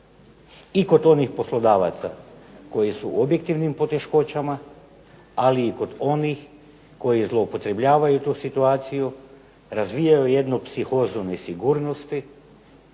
I kod onih poslodavaca koji su u objektivnim poteškoćama ali i kod onih koji zloupotrebljavaju tu situaciju, razviju tu psihozu nesigurnosti,